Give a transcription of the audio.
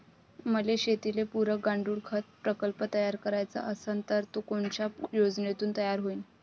मले शेतीले पुरक गांडूळखत प्रकल्प तयार करायचा असन तर तो कोनच्या योजनेतून तयार होईन?